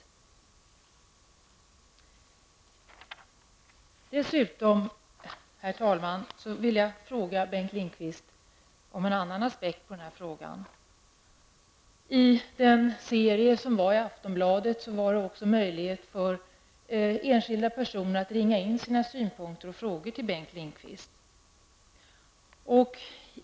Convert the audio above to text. Jag vill dessutom, herr talman, fråga Bengt Lindqvist om en annan aspekt på den här frågan. I Aftonbladets serie fanns det även möjligheter för enskilda personer att ringa in sina synpunkter och frågor till Bengt Lindqvist.